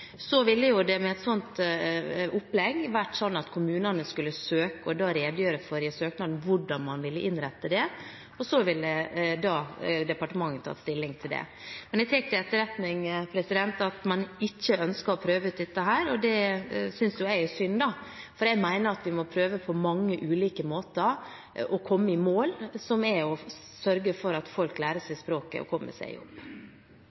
ville med et slikt opplegg vært sånn at kommunene skulle søke og i søknaden redegjøre for hvordan man ville innrette det, og så ville departementet tatt stilling til det. Men jeg tar til etterretning at man ikke ønsker å prøve ut dette. Det synes jeg er synd, for jeg mener vi på mange ulike måter må prøve å komme i mål – å sørge for at folk lærer seg språket og kommer seg i jobb.